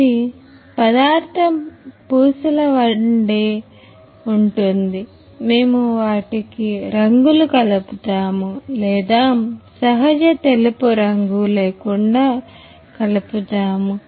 ఇది పదార్థం పూసల వన్డే ఉంటుంది మేము వాటికి రంగులు కలుపుతాము లేదా సహజ తెలుపు కోసం రంగు లేకుండా కలుపుతాము